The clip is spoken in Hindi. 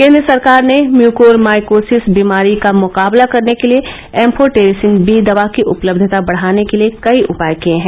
केन्द्र सरकार ने म्यूकोरमाइकोसिस बीमारी का मुकाबला करने के लिए एम्फोटेरिसिन बी दवा की उपलब्धता बढ़ाने के लिए कई उपाए किए हैं